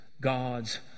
God's